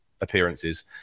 appearances